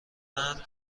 مرد